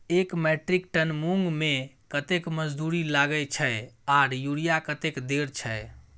एक metric ton मूंग में कतेक मजदूरी लागे छै आर यूरिया कतेक देर छै?